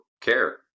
care